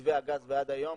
ממתווה הגז ועד היום